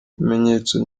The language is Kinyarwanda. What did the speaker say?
ibimenyetso